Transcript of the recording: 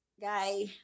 guy